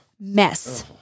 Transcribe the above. mess